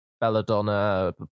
Belladonna